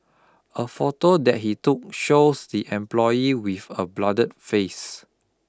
a photo that he took shows the employee with a bloodied face